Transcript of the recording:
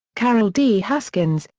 caryl d. haskins,